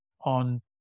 on